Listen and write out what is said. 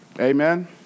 Amen